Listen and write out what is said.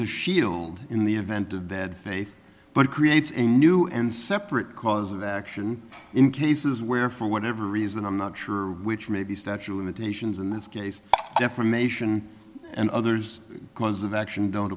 a shield in the event of bad faith but it creates a new and separate cause of action in cases where for whatever reason i'm not sure which maybe statue of additions in this case defamation and others cause of action don't